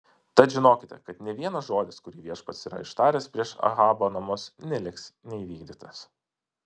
tad žinokite kad nė vienas žodis kurį viešpats yra ištaręs prieš ahabo namus neliks neįvykdytas